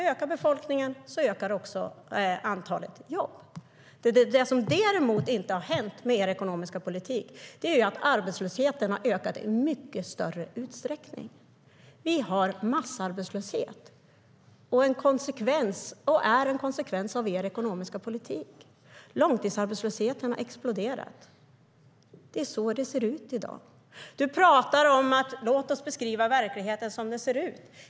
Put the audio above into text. Ökar befolkningen ökar också antalet jobb. Erik Ullenhag pratar om att beskriva verkligheten som den ser ut.